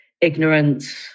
ignorance